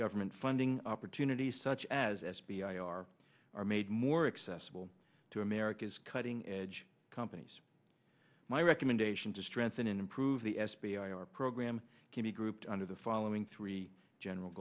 government funding opportunities such as f b i are are made more accessible to america's cutting edge companies my recommendation to strengthen and improve the f b i our program can be grouped under the following three general